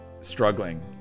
struggling